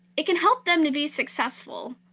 it can help them to be successful.